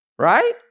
right